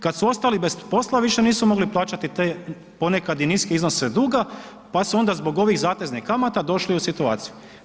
Kad su ostali bez posla, više nisu mogli plaćati te ponekad i niske iznose duga, pa se onda zbog ovih zateznih kamata došli u situaciju.